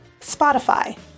Spotify